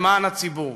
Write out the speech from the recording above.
למען הציבור.